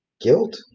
Guilt